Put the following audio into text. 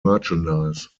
merchandise